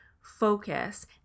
focus